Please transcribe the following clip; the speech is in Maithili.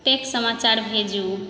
टेक समाचार भेजू